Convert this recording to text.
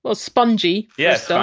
ah spongy, yeah so